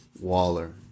Waller